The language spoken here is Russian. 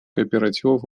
кооперативов